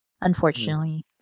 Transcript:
unfortunately